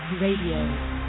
Radio